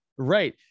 right